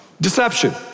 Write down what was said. Deception